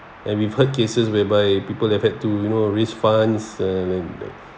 and we've heard cases whereby people have had to you know raise fund and